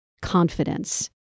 confidence